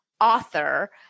author